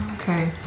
Okay